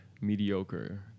mediocre